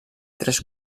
tres